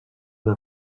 una